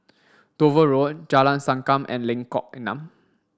Dover Road Jalan Sankam and Lengkok Enam